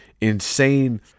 insane